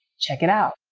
check it out.